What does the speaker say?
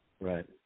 Right